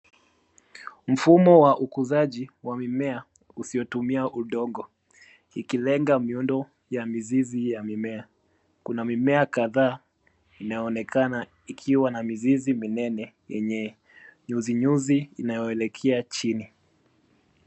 Mfumo wa ukuzaji wa mimea usiotumia udongo, ikilenga miundo ya mizizi ya mimea. Kuna mimea kadhaa inayoonekana ikiwa na mizizi minene yenye nyuzi nyuzi inayoelekea chini.